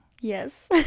yes